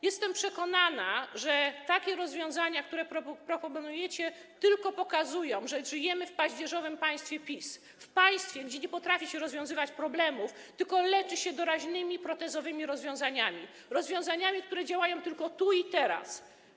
Jestem przekonana, że rozwiązania, które proponujecie, tylko pokazują, że żyjemy w paździerzowym państwie PiS, w państwie, gdzie nie potrafi się rozwiązywać problemów, tylko leczy się je doraźnymi, protezowymi rozwiązaniami, rozwiązaniami, które działają tylko tu i teraz.